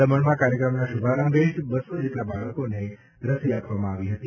દમણમાં કાર્યક્રમના શુભારંભે જ બસ્સો જેટલા બાળકોને રસી આપવામાં આવી હતી